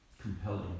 compelling